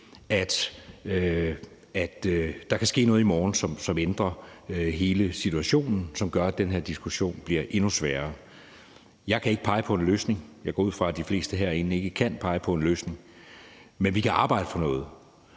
og ned til Middelhavet, som ændrer hele situationen, og som gør, at den her diskussion bliver endnu sværere. Jeg kan ikke pege på en løsning. Jeg går ud fra, at de fleste herinde ikke kan pege på en løsning. Men vi kan arbejde for noget.